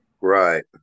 Right